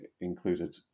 included